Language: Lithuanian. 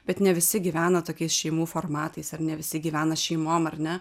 bet ne visi gyvena tokiais šeimų formatais ar ne visi gyvena šeimom ar ne